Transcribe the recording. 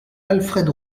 alfred